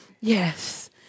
Yes